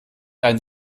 einen